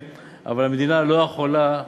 המבטא שהנ"ל, נושא התעודה,